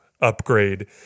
upgrade